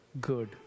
good